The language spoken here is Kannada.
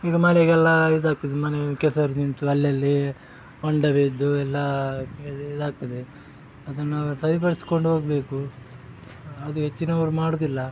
ಈಗ ಮಳೆಗೆಲ್ಲ ಇದಾಗ್ತದೆ ಮನೆ ಕೆಸ್ರು ನಿಂತು ಅಲ್ಲಲ್ಲಿ ಹೊಂಡ ಬಿದ್ದು ಎಲ್ಲ ಇದಾಗ್ತದೆ ಅದನ್ನ ಸರಿಪಡ್ಸ್ಕೊಂಡು ಹೋಗಬೇಕು ಅದು ಹೆಚ್ಚಿನವರು ಮಾಡೋದಿಲ್ಲ